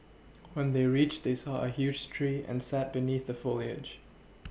when they reached they saw a huge tree and sat beneath the foliage